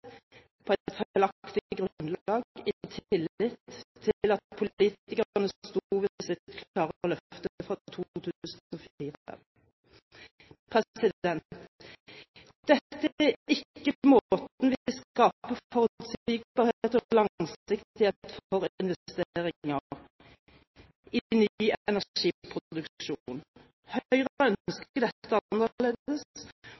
på et feilaktig grunnlag i tillit til at politikerne sto ved sitt klare løfte fra 2004. Dette er ikke måten vi skaper forutsigbarhet og langsiktighet for investeringer i ny energiproduksjon på. Høyre